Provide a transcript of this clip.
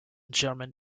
german